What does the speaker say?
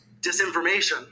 disinformation